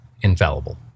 infallible